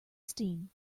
steam